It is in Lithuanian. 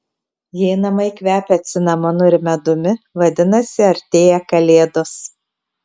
jei namai kvepia cinamonu ir medumi vadinasi artėja kalėdos